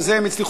בזה הם הצליחו,